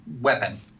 weapon